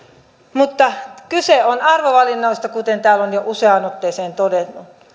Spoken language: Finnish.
mutta kyse on arvovalinnoista kuten täällä on jo useaan otteeseen todettu